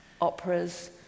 operas